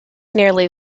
nearly